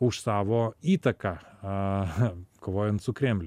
už savo įtaką kovojant su kremlium